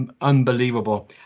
unbelievable